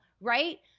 right